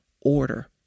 order